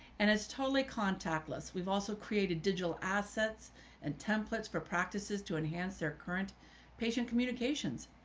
and it's totally contactless. we've also created digital assets and templates for practices to enhance their current patient communications.